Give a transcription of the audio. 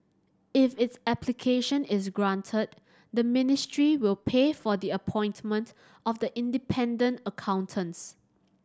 if its application is granted the ministry will pay for the appointment of the independent accountants